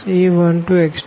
a11x1a12x2a1nxnb1